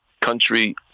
country